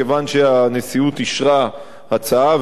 כיוון שהנשיאות אישרה הצעה,